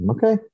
Okay